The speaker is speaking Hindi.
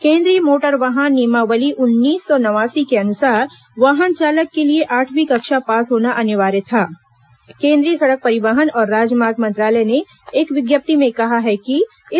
केन्द्रीय मोटर वाहन नियमावली उन्नीस सौ नवासी के अनुसार वाहन चालक के लिए आठवीं कक्षा पास होना केंद्रीय सड़क परिवहन और राजमार्ग मंत्रालय ने एक विज्ञप्ति में कहा है कि इस अनिवार्य था